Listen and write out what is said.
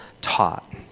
taught